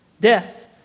Death